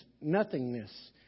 Nothingness